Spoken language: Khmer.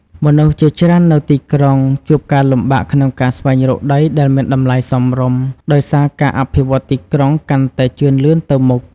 មនុស្សជាច្រើននៅទីក្រុង ជួបការលំបាកក្នុងការស្វែងរកដីដែលមានតម្លៃសមរម្យ ដោយសារការអភិវឌ្ឍទីក្រុងកាន់តែជឿនលឿនទៅមុខ។